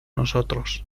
nosotros